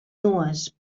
nues